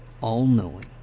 all-knowing